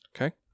Okay